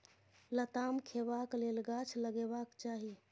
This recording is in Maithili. लताम खेबाक लेल गाछ लगेबाक चाही